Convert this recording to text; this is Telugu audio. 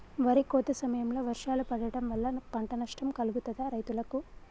వరి కోత సమయంలో వర్షాలు పడటం వల్ల పంట నష్టం కలుగుతదా రైతులకు?